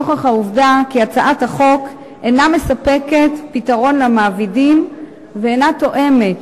נוכח העובדה כי הצעת החוק אינה מספקת פתרון למעבידים ואינה תואמת